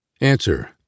Answer